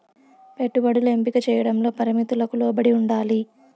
పెట్టుబడులు ఎంపిక చేయడంలో పరిమితులకు లోబడి ఉండాలి